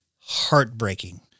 heartbreaking